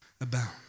abound